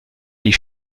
die